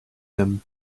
them